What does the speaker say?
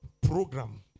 Program